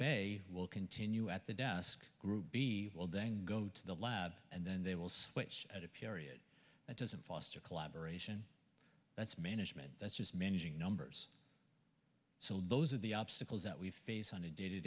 a will continue at the desk group b will then go to the lab and then they will switch at a period that doesn't foster collaboration that's management that's just managing numbers so those are the obstacles that we face on a day to